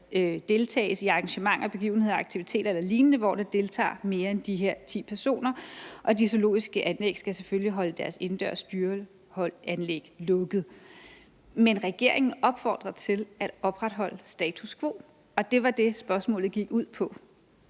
afholdes arrangementer, begivenheder og aktiviteter eller lignende, hvor der deltager mere end de her ti personer. Og de zoologiske anlæg skal selvfølgelig holde deres indendørs dyreholdanlæg lukket. Men regeringen opfordrer til at opretholde status quo, og det var det, spørgsmålet netop gik ud på: